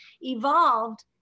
evolved